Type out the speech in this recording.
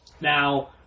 Now